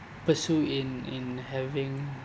pursue in in having